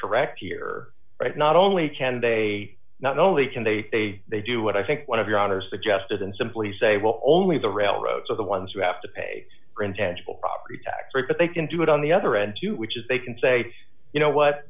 correct here right not only can they not only can they they do what i think one of your honor suggested and simply say will only the railroads are the ones who have to pay for intangible property tax rate but they can do it on the other end too which is they can say you know what